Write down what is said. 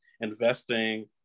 investing